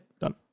Done